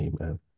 Amen